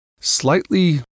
Slightly